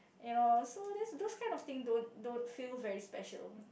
you know so this those kind of thing don't don't feel very special